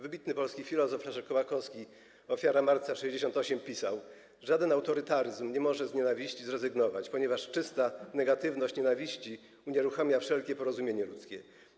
Wybitny polski filozof Leszek Kołakowski, ofiara Marca’68, pisał: Żaden autorytaryzm nie może z nienawiści zrezygnować, ponieważ czysta negatywność nienawiści unieruchamia wszelkie porozumienie ludzkie.